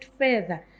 further